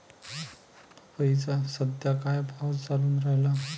पपईचा सद्या का भाव चालून रायला?